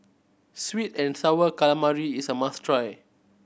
sweet and Sour Calamari is a must try